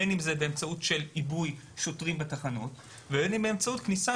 בין אם באמצעות עיבוי שוטרים בתחנות ובין אם באמצעות כניסת